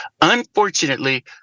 Unfortunately